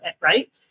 right